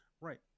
Right